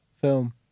film